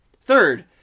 Third